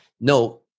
no